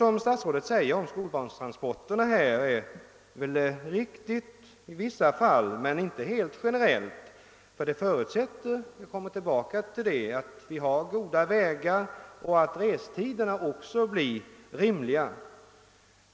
Vad statsrådet säger om skolbarnstransporterna är väl riktigt i vissa fall men inte generellt, ty även detta förutsätter att vi har goda vägar och att restiderna också blir rimliga.